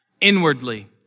inwardly